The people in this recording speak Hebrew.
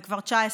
זה כבר 19,